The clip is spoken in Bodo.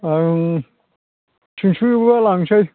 आं तिनस'निबा लांसै